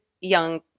young